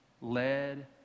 led